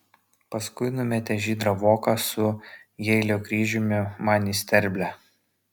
paskui numetė žydrą voką su jeilio kryžiumi man į sterblę